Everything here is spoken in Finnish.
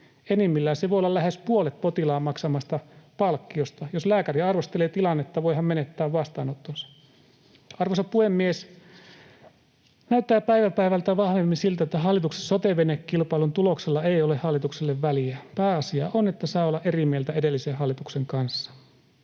Enimmillään se voi olla lähes puolet potilaan maksamasta palkkiosta. Jos lääkäri arvostelee tilannetta, voi hän menettää vastaanottonsa. Arvoisa puhemies! Näyttää päivä päivältä vahvemmin siltä, että hallituksen sote-venekilpailun tuloksella ei ole hallitukselle väliä. Pääasia on, että saa olla eri mieltä edellisen hallituksen kanssa.